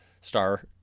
star